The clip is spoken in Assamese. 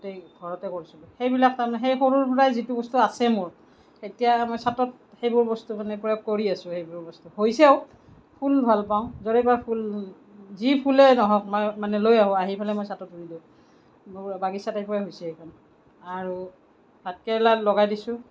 গোটেই ঘৰতে কৰিছিলোঁ সেইবিলাক তাৰমানে সেই সৰুৰ পৰা যিটো বস্তু আছে মোৰ এতিয়া মই চাটত সেইবোৰ বস্তু মানে পুৰা কৰি আছোঁ সেইবোৰ বস্তু হৈছেও ফুল ভাল পাওঁ য'ৰে পৰা ফুল যি ফুলেই নহওঁক মই মানে লৈ আহোঁ আহি পেলাই মই চাটত ৰুই দিওঁ বাগিছা টাইপৰেই হৈছে এইখন আৰু ভাতকেৰেলা লগাই দিছোঁ